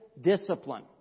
discipline